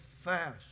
fast